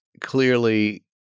clearly